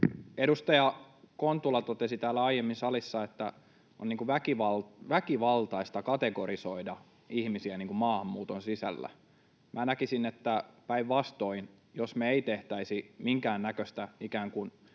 Edustaja Kontula totesi aiemmin täällä salissa, että on väkivaltaista kategorisoida ihmisiä maahanmuuton sisällä. Minä näkisin päinvastoin, että jos me emme tekisi minkäännäköistä